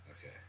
Okay